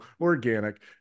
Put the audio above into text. organic